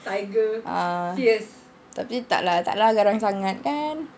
ah tapi tak lah tak lah garang sangat kan